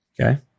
Okay